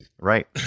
Right